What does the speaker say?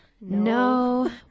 No